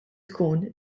tkun